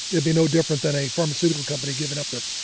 it'd be no different than a pharmaceutical company giving up their,